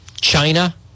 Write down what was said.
China